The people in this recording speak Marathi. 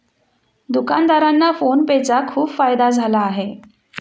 दुकानदारांना फोन पे चा खूप फायदा झाला आहे